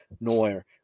noir